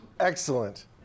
Excellent